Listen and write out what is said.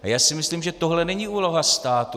Já si myslím, že tohle není úloha státu.